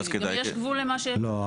גם יש גבול למה שיש בטופס.